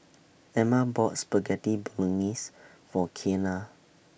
Emma bought Spaghetti Bolognese For Kianna